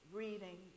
reading